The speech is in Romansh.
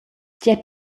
gie